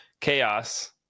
Chaos